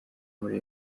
muri